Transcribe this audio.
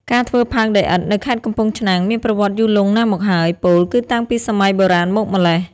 ការធ្វើផើងដីឥដ្ឋនៅខេត្តកំពង់ឆ្នាំងមានប្រវត្តិយូរលង់ណាស់មកហើយ ពោលគឺតាំងពីសម័យបុរាណមកម្ល៉េះ។